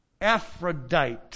Aphrodite